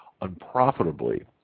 unprofitably